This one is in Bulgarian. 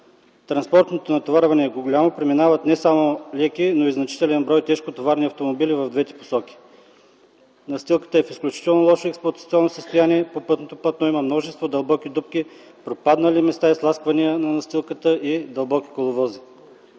Транспортното натоварване е голямо – преминават не само леки, но и значителен брой тежкотоварни автомобили в двете посоки. Настилката е в изключително лошо експлоатационно състояние и по пътното платно има много дупки, пропаднали места, изтласквания на настилката и дълбоки коловози.